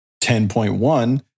10.1